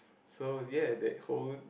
so ya that whole